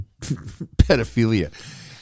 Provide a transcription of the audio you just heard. pedophilia